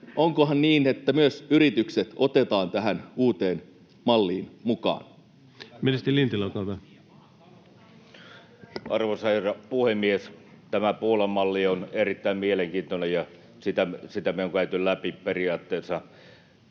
onkohan niin, että myös yritykset otetaan tähän uuteen malliin mukaan? [Timo Heinonen: Niin ja maan talous!] Ministeri Lintilä, olkaa hyvä. Arvoisa herra puhemies! Tämä Puolan malli on erittäin mielenkiintoinen, ja sitä me ollaan käyty läpi periaatteessa tuolla